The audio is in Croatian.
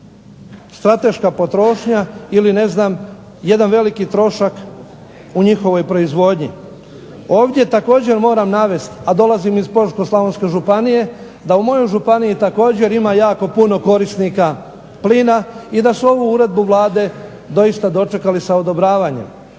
strateška potrošnja ili ne znam jedan veliki trošak u njihovoj proizvodnji. Ovdje također moram navesti, a dolazim iz Požeško-slavonske županije, da u mojoj županiji također ima jako puno korisnika plina, i da su ovu uredbu Vlade doista dočekali sa odobravanjem.